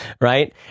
right